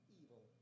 evil